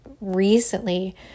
recently